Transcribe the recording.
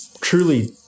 truly